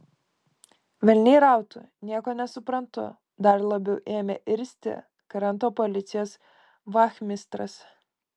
velniai rautų nieko nesuprantu dar labiau ėmė irzti kranto policijos vachmistras